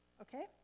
okay